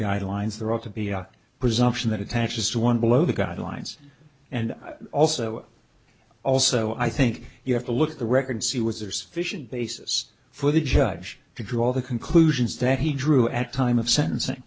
guidelines there ought to be a presumption that attaches to one below the guidelines and also also i think you have to look at the record see what there's vision basis for the judge to draw the conclusions that he drew at time of sentencing